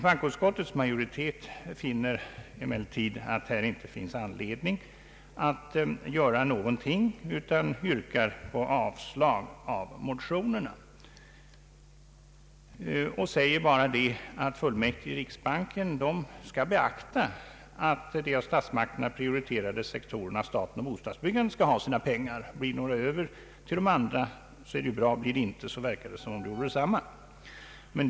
Bankoutskottets majoritet — finner emellertid att här inte finns anledning att göra någonting utan yrkar avslag på motionerna. Majoriteten anför endast att fullmäktige i riksbanken skall beakta att de av statsmakterna prioriterade sektorerna — staten och bostadsbyggandet — skall ha sina pengar. Blir det några pengar över till de andra sektorerna är det bra, men det verkar som om det gjorde detsamma om det inte blir något över.